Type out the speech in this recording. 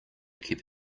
keep